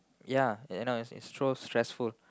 ya end up it's so stressful